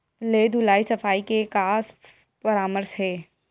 के धुलाई सफाई के का परामर्श हे?